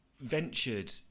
ventured